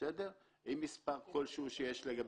ימשיכו לטפל.